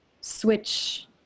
switch